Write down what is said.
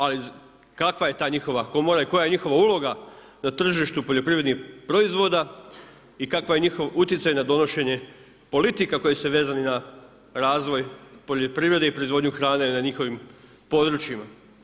Ali kakva je ta njihova komora i koja je njihova uloga na tržištu poljoprivrednih proizvoda i kakav je njihov utjecaj na donošenje politika koje su vezane za razvoj poljoprivrede i proizvodnju hrane na njihovim područjima?